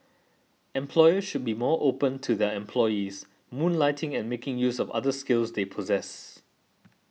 employers should be more open to their employees moonlighting and making use of other skills they possess